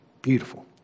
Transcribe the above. Beautiful